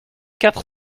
quatre